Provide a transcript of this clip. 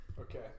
okay